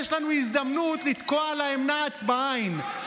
יש לנו הזדמנות לתקוע להם נעץ בעיניים,